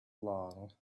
along